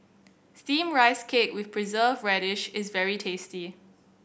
Steamed Rice Cake with Preserved Radish is very tasty